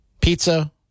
Pizza